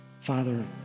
Father